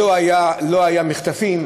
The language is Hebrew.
לא היו מחטפים,